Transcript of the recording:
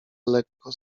lekko